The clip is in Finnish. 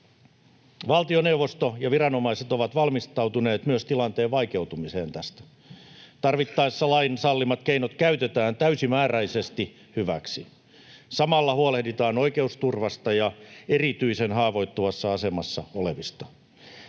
Valtioneuvosto ja viranomaiset ovat valmistautuneet myös tilanteen vaikeutumiseen tästä. Tarvittaessa lain sallimat keinot käytetään täysimääräisesti hyväksi. Samalla huolehditaan oikeusturvasta ja erityisen haavoittuvassa asemassa olevista.